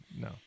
No